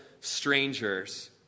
strangers